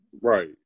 right